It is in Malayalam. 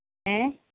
ഏഹ്